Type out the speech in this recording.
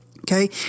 Okay